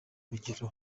rugero